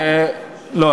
לא,